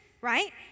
right